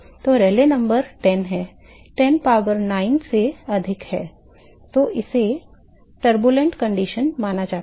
तो रेले संख्या 10 है 10 power 9 से अधिक है तो इसे अशांत स्थिति माना जाता है